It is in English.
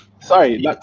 sorry